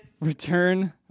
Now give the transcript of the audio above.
Return